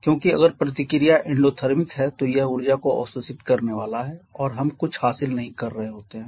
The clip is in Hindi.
क्योंकि अगर प्रतिक्रिया एंडोथर्मिक है तो यह ऊर्जा को अवशोषित करने वाला है और हम कुछ हासिल नहीं कर रहे होते हैं